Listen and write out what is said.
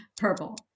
Purple